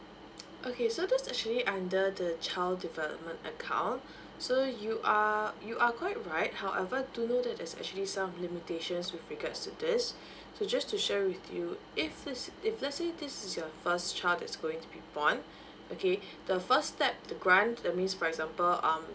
okay so that's actually under the child development account so you are you are quite right however do know that there's actually some limitations with regards to this so just to share with you if this if let's say this is your first child that's going to be born okay the first step the grant that means for example um